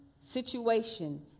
situation